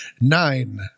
nine